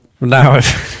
Now